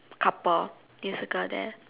couple there's a girl there